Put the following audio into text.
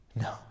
no